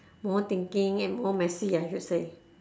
more thinking and more messy I should say